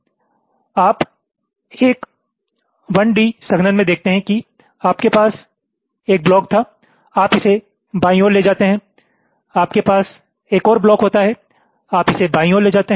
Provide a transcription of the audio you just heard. आप एक 1D संघनन में देखते हैं कि आपके पास एक ब्लॉक था आप इसे बाईं ओर ले जाते हैं आपके पास एक और ब्लॉक होता है आप इसे बाईं ओर ले जाते हैं